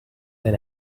and